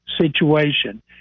situation